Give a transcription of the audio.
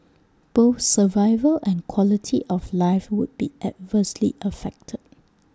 both survival and quality of life would be adversely affected